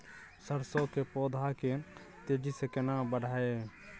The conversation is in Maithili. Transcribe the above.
सरसो के पौधा के तेजी से केना बढईये?